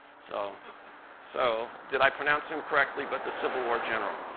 so so did i pronounce him correctly? but the civil war general.